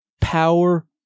power